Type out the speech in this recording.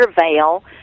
veil